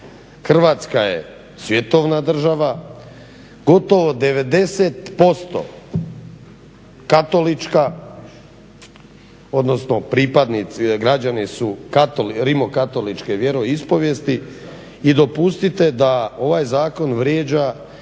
Hrvatska je svjetovna država, gotovo 90% katolička, odnosno građani su rimokatoličke vjeroispovijesti i dopustite da ovaj zakon vrijeđa